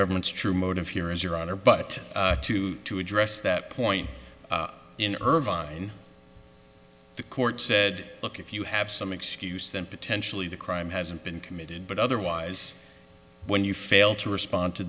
government's true motive here is your honor but to address that point in irvine the court said look if you have some excuse then potentially the crime hasn't been committed but otherwise when you fail to respond to